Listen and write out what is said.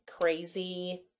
crazy